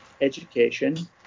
education